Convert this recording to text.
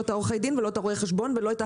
לא את עורכי הדין ולא את רואי החשבון ולא את